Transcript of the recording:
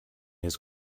his